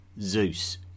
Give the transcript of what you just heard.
Zeus